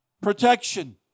protection